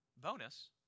bonus